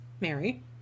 Mary